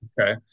okay